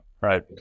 right